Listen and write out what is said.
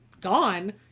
gone